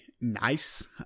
nice